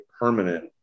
permanent